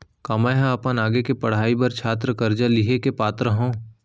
का मै अपन आगे के पढ़ाई बर छात्र कर्जा लिहे के पात्र हव?